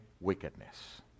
wickedness